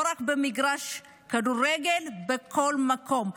לא רק במגרש כדורגל, בכל מקום.